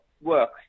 work